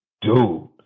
Dude